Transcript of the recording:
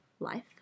life